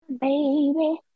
baby